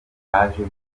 hajemo